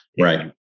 right